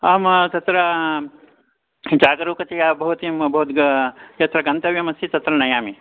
अहं तत्र जागरूकतया भवतीं भवद्गा यत्र गन्तव्यमस्ति तत्र नयामि